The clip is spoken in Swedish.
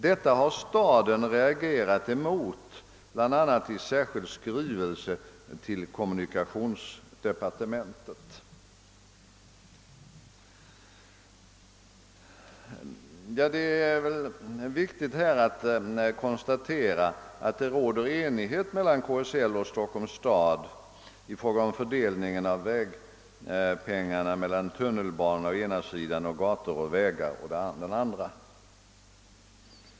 Detta har staden reagerat emot, bl.a. i särskild skrivelse till kommunikationsdepartementet.» Det är viktigt att konstatera att det råder enighet mellan KSL och Stockholms stad i fråga om fördelningen av vägmedlen mellan tunnelbanor å ena sidan samt gator och vägar å den andra.